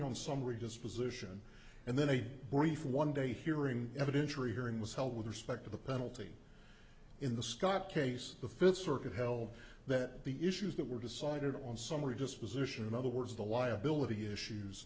on some religious position and then a brief one day hearing evidentiary hearing was held with respect to the penalty in the scott case the fifth circuit held that the issues that were decided on summary disposition in other words the liability issues